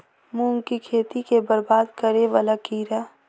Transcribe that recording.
मूंग की खेती केँ बरबाद करे वला कीड़ा?